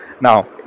now